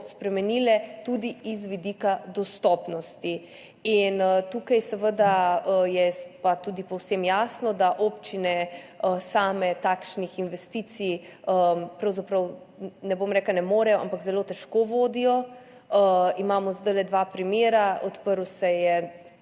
spremenile tudi z vidika dostopnosti. Tukaj je seveda povsem jasno, da občine same takšnih investicij pravzaprav, ne bom rekla, da ne morejo, ampak zelo težko vodijo. Imamo zdaj dva primera, kakšnega